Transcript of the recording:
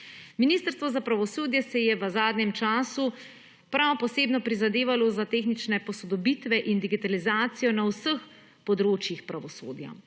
Ministrstvo za pravosodje se je v zadnjem času prav posebno prizadevalo za tehnične posodobitve in digitalizacijo na vseh področjih pravosodja.